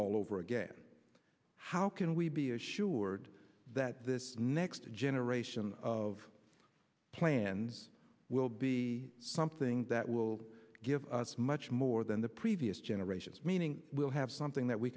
all over again how can we be assured that this next generation of plans will be something that will give us much more than the previous generations meaning we'll have something that we